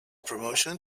promotion